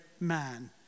man